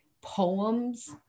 poems